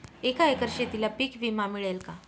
एका एकर शेतीला पीक विमा मिळेल का?